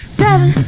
seven